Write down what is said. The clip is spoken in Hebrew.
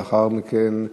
לאחר מכן,